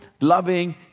loving